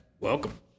Welcome